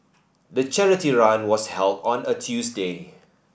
the charity run was held on a Tuesday